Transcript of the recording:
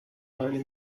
eine